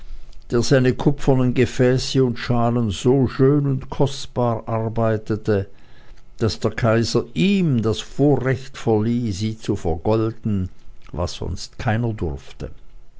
der seine kupfernen gefäße und schalen so schön und kostbar arbeitete daß der kaiser ihm das vorrecht verlieh sie zu vergolden was sonst keiner durfte